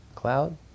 cloud